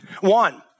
One